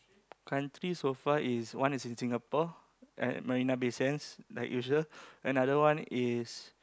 country so far is one is in Singapore at Marina-Bay-Sands like usual another one is